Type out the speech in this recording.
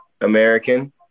American